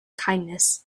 kindness